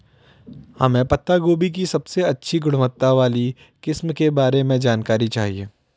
हमें पत्ता गोभी की सबसे अच्छी गुणवत्ता वाली किस्म के बारे में जानकारी चाहिए?